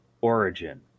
origin